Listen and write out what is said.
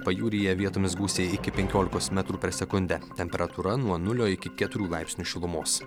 pajūryje vietomis gūsiai iki penkiolikos metrų per sekundę temperatūra nuo nulio iki keturių laipsnių šilumos